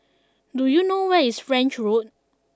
do you know where is French Road